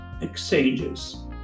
exchanges